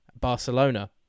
Barcelona